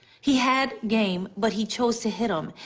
he had game but he chose to hit um